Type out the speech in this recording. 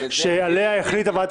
שעליה החליטה ועדת